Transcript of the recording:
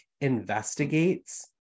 Investigates